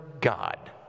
God